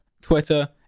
Twitter